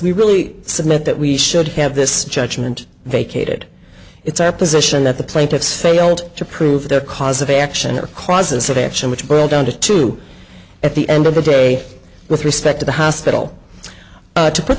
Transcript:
we really submit that we should have this judgment vacated it's our position that the plaintiffs failed to prove their cause of action or crisis of action which boiled down to two at the end of the day with respect to the hospital to put